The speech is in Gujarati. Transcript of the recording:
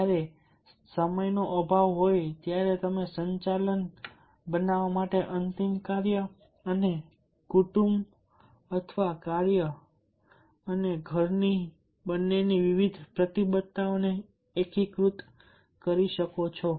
જ્યારે સમયનો અભાવ હોય ત્યારે તમે સંતુલન બનાવવા માટે અંતિમ કાર્ય અને કુટુંબ અથવા કાર્ય અને ઘર બંનેની વિવિધ પ્રતિબદ્ધતાઓને એકીકૃત કરી શકો છો